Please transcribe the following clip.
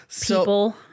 People